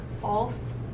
false